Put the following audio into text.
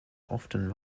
often